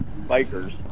bikers